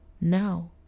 Now